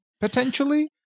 potentially